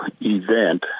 event